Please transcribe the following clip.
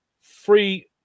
free